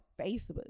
Facebook